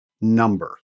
number